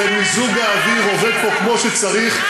אני שמח שמיזוג האוויר עובד פה כמו שצריך,